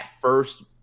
first